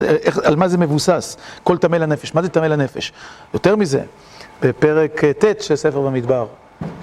על מה זה מבוסס, קול תמל הנפש, מה זה תמל הנפש, יותר מזה בפרק ט' של ספר במדבר.